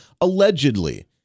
Allegedly